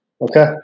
Okay